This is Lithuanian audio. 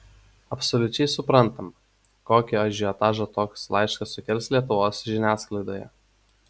absoliučiai suprantama kokį ažiotažą toks laiškas sukels lietuvos žiniasklaidoje